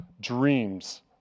dreams